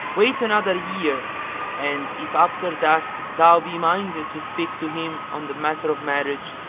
wait another year and, if after that thou be minded to speak to him on the matter of marriage,